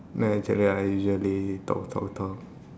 like actually I usually talk talk talk